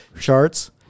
charts